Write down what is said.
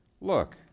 Look